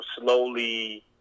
slowly –